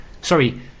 Sorry